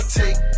take